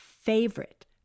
favorite